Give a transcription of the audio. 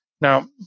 Now